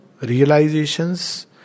realizations